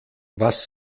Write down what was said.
was